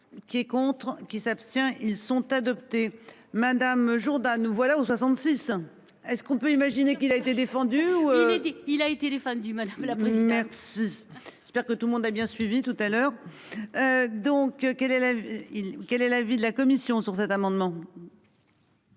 Qui est contre qui s'abstient. Ils sont adoptés madame Jourdain, nous voilà au 66. Est-ce qu'on peut imaginer qu'il a été défendu. Il a été les fans du mal. La primaire. Pire que tout le monde a bien suivi tout à l'heure. Donc quel élève. Quel est l'avis de la commission sur cet amendement.